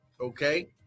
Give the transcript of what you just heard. Okay